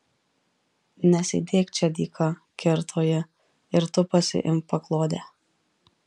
nesėdėk čia dyka kirto ji ir tu pasiimk paklodę